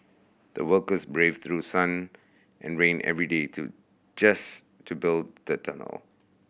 the workers braved through sun and rain every day to just to build the tunnel